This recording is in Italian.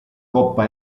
coppa